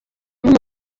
bamwe